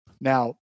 Now